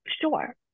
sure